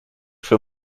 für